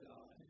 God